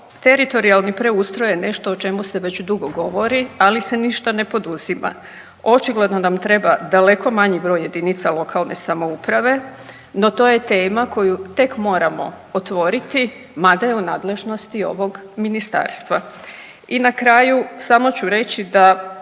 teritorijalni preustroj je nešto o čemu se već dugo govori, ali se ništa ne poduzima. Očigledno nam treba daleko manji broj jedinica lokalne samouprave, no to je tema koju tek moramo otvoriti mada je u nadležnosti ovog ministarstva. I na kraju samo ću reći da